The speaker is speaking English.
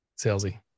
salesy